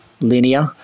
linear